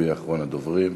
הוא יהיה אחרון הדוברים,